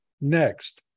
Next